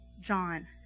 John